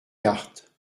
cartes